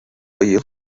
быйыл